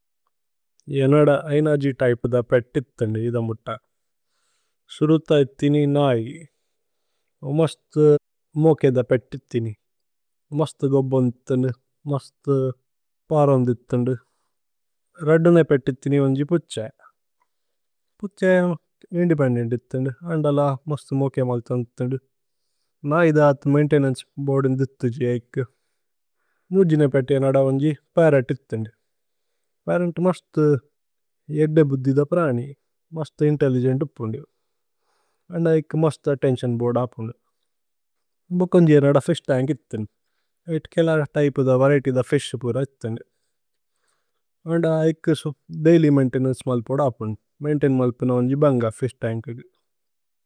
യേനദ ഐനജി തൈപു ദ പേത്തിത്തന്ദു ഇധ മുത്ത। സുരുത ഇത്ഥിനി നാഇ മസ്ത് മോകേ ദ പേത്തിത്തിനി। മസ്ത് ഗോബോന് ദിഥന്ദു മസ്ത് പാരോന് ദിഥന്ദു രേദ്ദ്നേ। പേത്തിത്തിനി വന്ജി പുത്ഛ പുത്ഛ ഇന്ദേപേന്ദേന്ത്। ദിഥന്ദു അന്ദല മസ്ത് മോകേ മല്ത ദിഥന്ദു നാഇ। ദാഥ് മൈന്തേനന്ചേ ബോഅര്ദിന് ദിഥു ജയിക്കു മുജ്ജ്നേ। പേത്തി യേനദ വന്ജി പര്രോത് ദിഥന്ദു പര്രോത് മസ്ത്। ഏദ്ദേ ബുദ്ധി ദ പ്രനി മസ്ത് ഇന്തേല്ലിഗേന്ത് പുത്തു। അന്ദ ഇക്കു മസ്ത് അത്തേന്തിഓന് ബോഅര്ദ് ആപുന്ദു മ്ബുകുന്ജി। യേനദ ഫിശ് തന്ക് ഇത്ഥിനി ഇത്കേ ലദ തൈപു ദ। വരിഏത്യ് ദ ഫിശ് പുര ഇത്ഥിനി അന്ദ ഇക്കു ദൈല്യ്। മൈന്തേനന്ചേ മല്പുദ ആപുന്ദു മൈന്തേനന്ചേ। മല്പുന വന്ജി ബന്ഗ ഫിശ് തന്ക്।